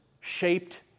shaped